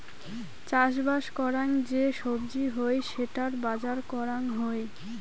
চাষবাস করাং যে সবজি হই সেটার বাজার করাং হই